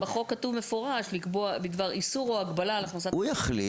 אבל בחוק כתוב מפורש בדבר איסור או הגבלה על הכנסת --- הוא יחליט.